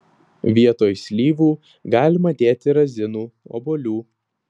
vietoj slyvų galima dėti razinų obuolių